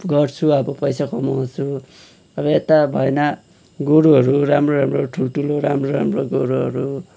गर्छु अब पैसा कमाउँछु र यता भएन गोरुहरू राम्रो राम्रो ठुल्ठुलो राम्रो राम्रो गोरुहरू